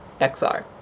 XR